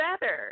better